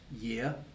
year